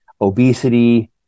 obesity